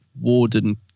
Warden